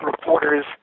reporters